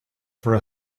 for